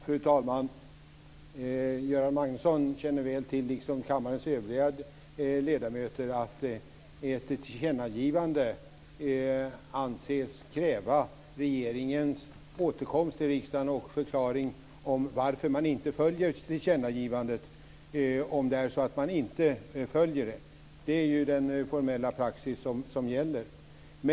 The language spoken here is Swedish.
Fru talman! Göran Magnusson känner väl till, liksom kammarens övriga ledamöter, att ett tillkännagivande anses kräva regeringens återkomst till riksdagen och förklaring till varför man inte följer tillkännagivandet om man inte gör det. Det är den formella praxis som gäller.